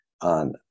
on